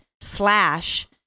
slash